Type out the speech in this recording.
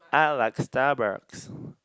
I like Starbucks